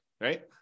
right